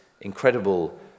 incredible